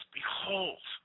behold